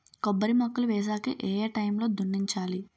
కొబ్బరి మొక్కలు వేసాక ఏ ఏ టైమ్ లో దున్నించాలి?